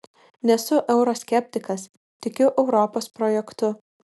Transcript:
nesu euroskeptikas tikiu europos projektu